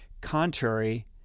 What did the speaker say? contrary